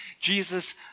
Jesus